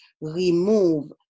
remove